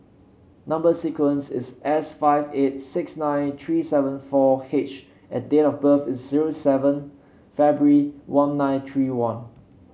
number sequence is S five eight six nine three seven four H and date of birth is zero seven February one nine three one